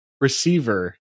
receiver